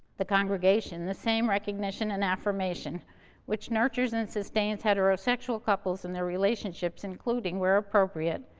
the congregation, the same recognition and affirmation which nurtures and sustains heterosexual couples and their relationships including, where appropriate,